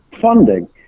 funding